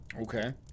Okay